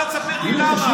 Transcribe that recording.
אתה תספר לי למה,